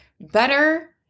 better